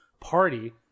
party